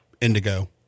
Indigo